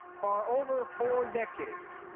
for over four decades,